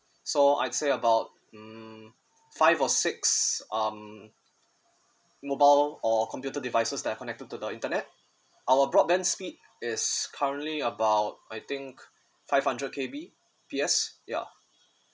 so I say about mm five or six um mobile or or computer devices that are connected to the internet our broadband speed is currently about I think five hundred K_B_P_S ya